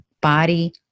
body